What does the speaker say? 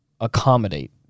accommodate